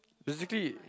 basically